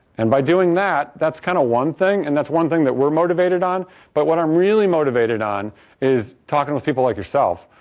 and, by doing that that's kind of one thing and that's one thing that we're motivated on, but what i'm really motivated on is talking to people like yourself.